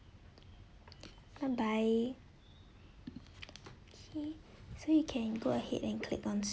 bye bye okay so you can go ahead and click on